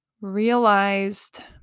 realized